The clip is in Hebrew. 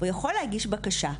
הוא יכול להגיש בקשה,